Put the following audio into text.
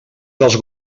dels